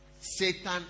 Satan